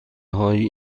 هایی